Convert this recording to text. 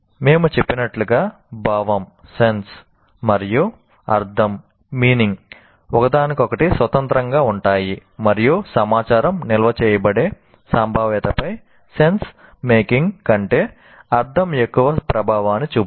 మేము చెప్పినట్లుగా భావం మరియు అర్ధం ఒకదానికొకటి స్వతంత్రంగా ఉంటాయి మరియు సమాచారం నిల్వ చేయబడే సంభావ్యతపై సెన్స్మేకింగ్ కంటే అర్థం ఎక్కువ ప్రభావాన్ని చూపుతుంది